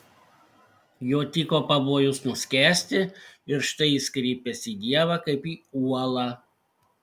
jo tyko pavojus nuskęsti ir štai jis kreipiasi į dievą kaip į uolą